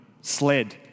SLED